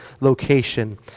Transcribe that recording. location